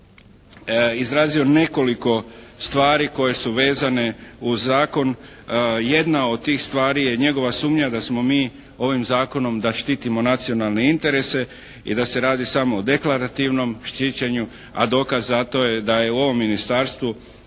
je izrazio nekoliko stvari koje su vezane uz zakon. Jedna od tih stvari je njegova sumnja da smo mi ovim zakonom, da štitimo nacionalne interese i da se radi samo o deklarativnom štićenju a dokaz za to je da je u ovom ministarstvu